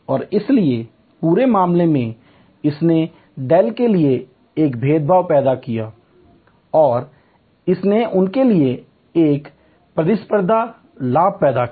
और इसलिए पूरे मामले में इसने डेल के लिए एक भेदभाव पैदा किया और इसने उनके लिए एक प्रतिस्पर्धात्मक लाभ पैदा किया